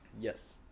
Yes